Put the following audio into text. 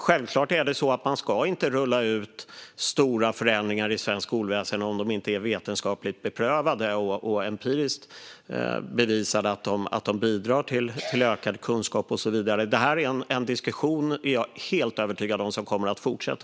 Självklart ska man inte rulla ut stora förändringar i det svenska skolväsendet om de inte är vetenskapligt beprövade och om det inte är empiriskt bevisat att de bidrar till ökad kunskap och så vidare. Jag är helt övertygad om att detta är en diskussion som kommer att fortsätta.